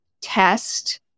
test